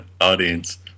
audience